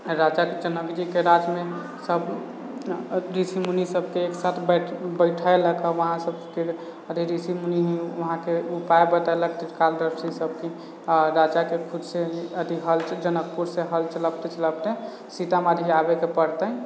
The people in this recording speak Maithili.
राजा जनक जीके राज्यमे सभ ऋषि मुनि सभके एकसाथ बैठ बैठैलक उहाँ सभके ऋषि मुनि उहाँके उपाए बतेलक त्रिकालदर्शी सभ कि राजाके खुदसँ अथि हल जनकपुरसे हल चलबते चलबते सीतामढ़ी आबैके पड़तनि